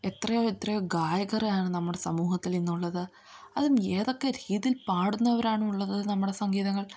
എത്രയോ എത്രയോ ഗായകരാണ് നമ്മുടെ സമൂഹത്തിൽ ഇന്നുള്ളത് അതും ഏതൊക്കെ രീതിയിൽ പാടുന്നവരാണുള്ളത് നമ്മുടെ സംഗീതങ്ങൾ